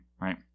right